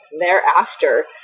thereafter